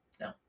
No